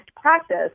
practice